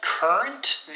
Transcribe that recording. Current